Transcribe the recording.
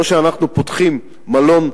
או שאנחנו פותחים מלון,